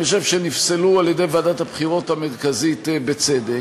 אני חושב שהם נפסלו על-ידי ועדת הבחירות המרכזית בצדק.